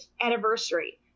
anniversary